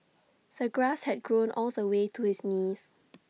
the grass had grown all the way to his knees